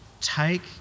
take